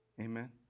Amen